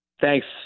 Thanks